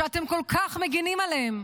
שאתם כל כך מגינים עליהם,